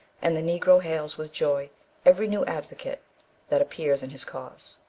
and the negro hails with joy every new advocate that appears in his cause.